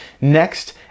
Next